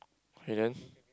okay then